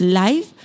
life